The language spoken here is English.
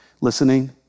listening